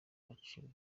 bacibwa